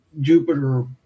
jupiter